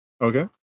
Okay